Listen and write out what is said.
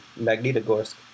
Magnitogorsk